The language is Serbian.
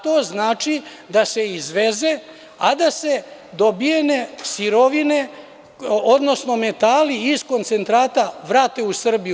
To znači da se izveze, a da se dobijene sirovine, odnosno metali iz koncentrata vrate u Srbiju.